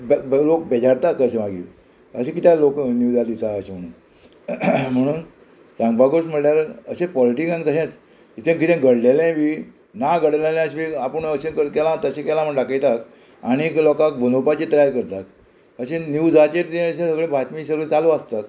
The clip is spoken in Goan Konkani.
लोक लोक बेजारतात तशे मागीर अशें कित्याक लोक न्यूजार दिता अशें म्हूण म्हणून सांगपाकूच म्हणल्यार अशें पॉलिटीकान तशेंच जें कितें घडलेलें बी ना घडलेलें अशें बी आपूण अशें केलां तशें केलां म्हण दाखयतात आनीक लोकांक मनोवपाची तयार करतात अशें न्यूजाचेर तें अशें सगळें बातमी सगळें चालू आसता